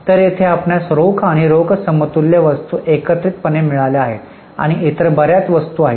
तर येथे आपणास रोख आणि रोख समतुल्य वस्तू एकत्रितपणे मिळाल्या आहेत आणि इतर बर्याच वस्तू आहेत